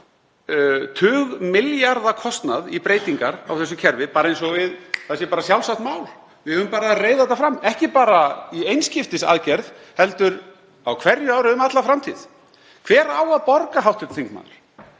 talar um tugmilljarða kostnað í breytingar á þessu kerfi eins og það sé bara sjálfsagt mál. Við eigum bara að reiða þetta fram, ekki bara í einskiptisaðgerð heldur á hverju ári um alla framtíð. Hver á að borga, hv. þingmaður?